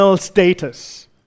status